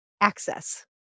access